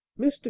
mr